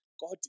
God